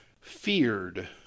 feared